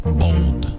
bold